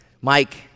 Mike